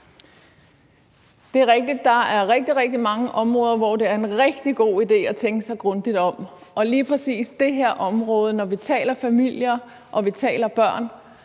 Det er rigtigt, at der er rigtig, rigtig mange områder, hvor det er en rigtig god idé at tænke sig grundigt om, og på lige præcis det her område, når vi taler om familier og om børn,